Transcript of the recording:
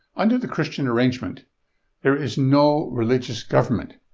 under the christian arrangement there is no religious government,